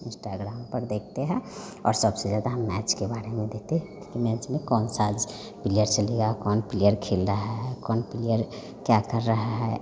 Instagram पर देखते हैं और सबसे ज़्यादा हम मैच के बारे में देखते क्योंकि मैच में कौन सा आज प्लियर चलेगा कौन प्लियर खेल रहा है कौन प्लियर क्या कर रहा है